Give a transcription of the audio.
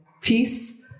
peace